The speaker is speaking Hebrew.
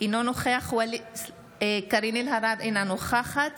אינו נוכח קארין אלהרר, אינה נוכחת